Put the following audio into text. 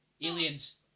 Aliens